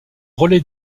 relai